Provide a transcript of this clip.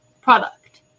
product